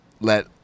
Let